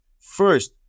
first